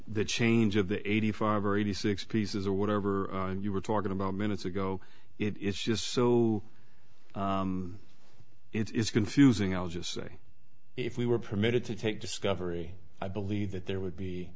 the change of the eighty five or eighty six pieces or whatever you were talking about minutes ago it is just so it's confusing i'll just say if we were permitted to take discovery i believe that there would be